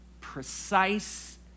precise